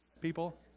people